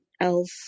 else